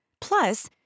Plus